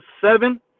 seven